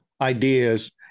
ideas